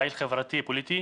פעיל חברתי פוליטי,